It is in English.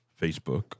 Facebook